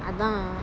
அதான்:athaan